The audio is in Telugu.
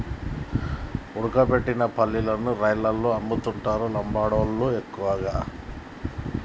ఉడకబెట్టిన పల్లీలను రైలల్ల అమ్ముతుంటరు లంబాడోళ్ళళ్లు ఎక్కువగా